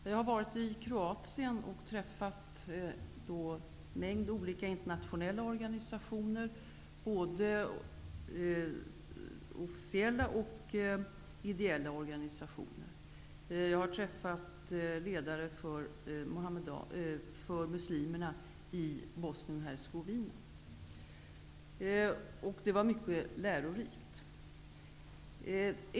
Jag har varit i Kroatien och träffat representanter för en mängd olika internationella organisationer, både officiella och ideella. Jag har träffat ledare för muslimerna i Bosnien-Hercegovina. Det var mycket lärorikt.